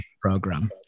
program